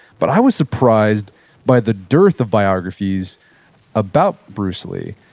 but, i was surprised by the dearth of biographies about bruce lee.